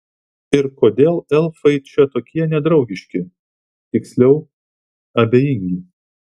ir kodėl elfai čia tokie nedraugiški tiksliau abejingi